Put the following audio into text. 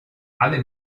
alle